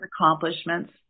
accomplishments